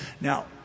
Now